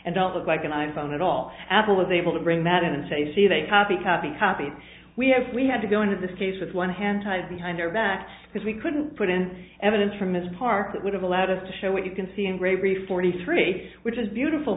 and don't look like an i phone at all apple is able to bring that in and say see they copy copy copy we have we had to go into this case with one hand tied behind their back because we couldn't put in evidence from ms park that would have allowed us to show what you can see in grade three forty three which is beautiful